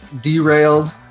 derailed